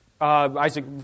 Isaac